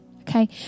okay